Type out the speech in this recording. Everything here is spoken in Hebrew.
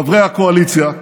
חברי הקואליציה,